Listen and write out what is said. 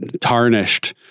tarnished